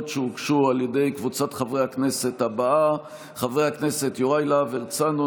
שהוגשו על ידי קבוצת חברי הכנסת יוראי להב הרצנו,